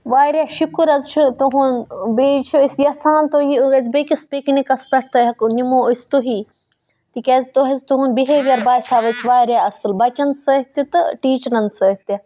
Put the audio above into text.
واریاہ شُکُر حَظ چھُ تُہُنٛد بیٚیہِ چھِ أسۍ یَژھان تُہ ٲسۍ بیٚکِس پِکنِکَس پٮ۪ٹھ تہِ ہیکو نِمو أسۍ تُہی تِکیٛازِ تۄہہِ حُظ تُہُنٛد بِہیویر باسیٛو أسۍ واریاہ اَصٕل بَچَن سۭتۍ تہِ تہٕ ٹیٖچرَن سۭتۍ تہِ